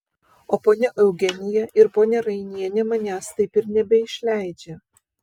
o ponia eugenija ir ponia rainienė manęs taip ir nebeišleidžia